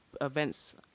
events